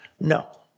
No